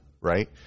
right